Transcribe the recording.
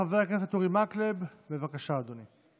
חבר הכנסת אורי מקלב, בבקשה, אדוני.